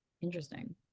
interesting